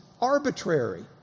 arbitrary